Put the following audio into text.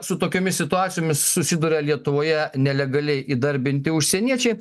su tokiomis situacijomis susiduria lietuvoje nelegaliai įdarbinti užsieniečiai